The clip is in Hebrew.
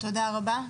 תודה רבה.